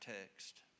text